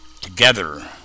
together